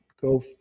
go